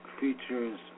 features